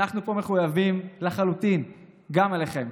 אנחנו פה מחויבים לחלוטין גם אליכם,